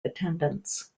attendants